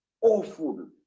awful